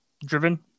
driven